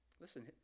Listen